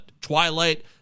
twilight